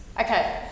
Okay